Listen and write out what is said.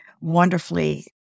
wonderfully